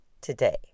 today